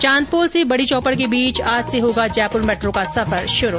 चांदपोल से बड़ी चौपड़ के बीच आज से होगा जयपुर मेट्रो का सफर शुरू